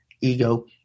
ego